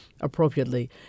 appropriately